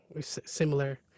similar